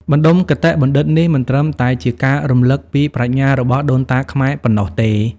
បណ្ដុំគតិបណ្ឌិតនេះ មិនត្រឹមតែជាការរំលឹកពីប្រាជ្ញារបស់ដូនតាខ្មែរប៉ុណ្ណោះទេ។